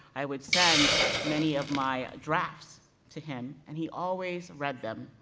i would send many of my drafts to him and he always read them,